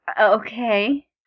Okay